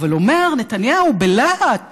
אבל אומר נתניהו בלהט